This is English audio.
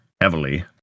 heavily